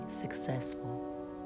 successful